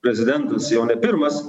prezidentas jau ne pirmas